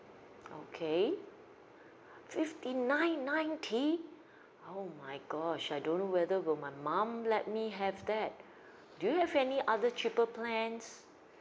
okay fifty nine ninety oh my gosh I don't know whether will my mum let me have that do you have any other cheaper plans